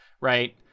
right